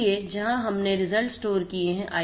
इसलिए जहां हमने रिजल्ट स्टोर किए हैं